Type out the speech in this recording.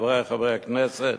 חברי חברי הכנסת,